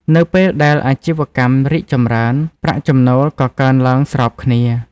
នៅពេលដែលអាជីវកម្មរីកចម្រើន ប្រាក់ចំណូលក៏កើនឡើងស្របគ្នា។